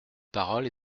parole